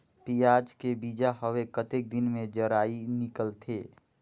पियाज के बीजा हवे कतेक दिन मे जराई निकलथे?